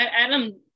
Adam